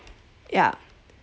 yeah